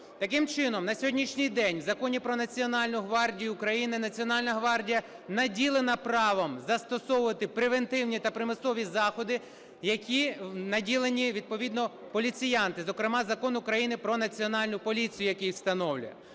Таким чином, на сьогоднішній день в Законі "Про Національну гвардію України" Національна гвардія наділена правом застосовувати превентивні та примусові заходи, які наділені відповідно поліціянти, зокрема Закон України "Про Національну поліцію", який встановлює.